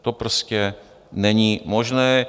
To prostě není možné.